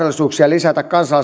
lisää